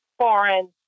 foreign